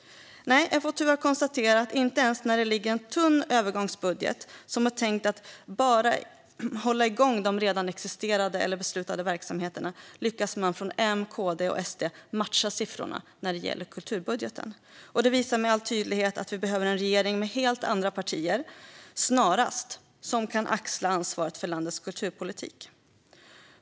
Nej, jag får tyvärr konstatera att inte ens när det ligger en tunn övergångsbudget som är tänkt att bara hålla igång de redan existerande eller beslutade verksamheterna lyckas man från M, KD och SD matcha siffrorna när det gäller kulturbudgeten. Det visar med all tydlighet att vi snarast behöver en regering med helt andra partier som kan axla ansvaret för landets kulturpolitik.